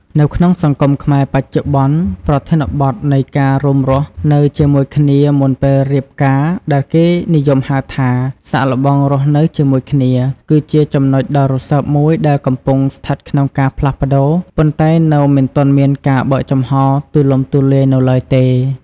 នៅក្នុងសង្គមខ្មែរបច្ចុប្បន្ន ប្រធានបទនៃការរួមរស់នៅជាមួយគ្នាមុនពេលរៀបការ ដែលគេនិយមហៅថា "សាកល្បងរស់នៅជាមួយគ្នា" គឺជាចំណុចដ៏រសើបមួយដែលកំពុងស្ថិតក្នុងការផ្លាស់ប្តូរ ប៉ុន្តែនៅមិនទាន់មានការបើកចំហរទូលំទូលាយនៅឡើយទេ។